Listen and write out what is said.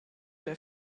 der